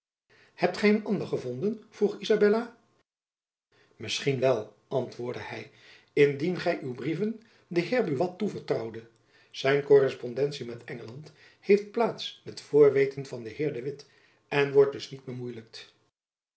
gy een ander gevonden vroeg izabella misschien wel antwoordde hy indien gy uw brieven den heer buat toevertrouwdet zijn korrespondentie met engeland heeft plaats met voorweten van den heer de witt en wordt dus niet